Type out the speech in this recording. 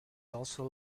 also